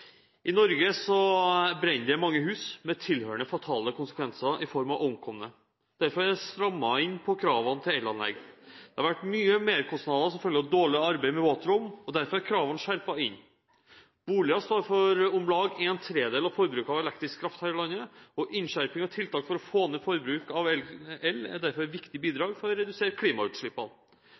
I Norge brenner mange hus, med tilhørende fatale konsekvenser i form av omkomne. Derfor er det strammet inn på krav til elanlegg. Det har vært store merkostnader som følge av dårlig arbeid med våtrom. Derfor er kravene skjerpet inn. Boliger står for om lag en tredel av forbruket av elektrisk kraft her i landet. Innskjerping og tiltak for å få ned elforbruket er derfor et viktig bidrag for å redusere klimautslippene.